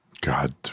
God